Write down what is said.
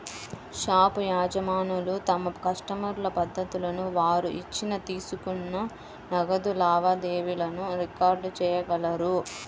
shop యజమానులు తమ కస్టమర్ల పద్దులను, వారు ఇచ్చిన, తీసుకున్న నగదు లావాదేవీలను రికార్డ్ చేయగలరు